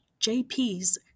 JP's